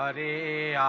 but a